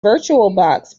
virtualbox